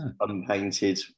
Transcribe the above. unpainted